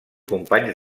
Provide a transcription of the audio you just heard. companys